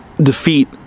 defeat